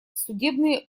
судебные